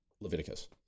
Leviticus